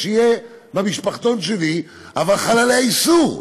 שיהיה במשפחתון שלי, אבל חל עליה איסור.